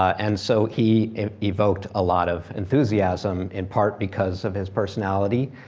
and so he evoked a lot of enthusiasm in part because of his personality.